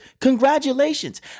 Congratulations